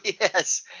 yes